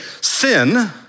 sin